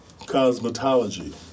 cosmetology